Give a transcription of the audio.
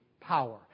power